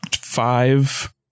five